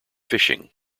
fishing